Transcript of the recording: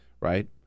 right